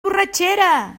borratxera